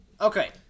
Okay